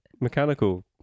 Mechanical